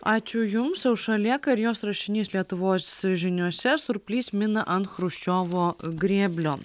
ačiū jums aušra lėka ir jos rašinys lietuvos žiniose surplys mina ant chruščiovo grėblio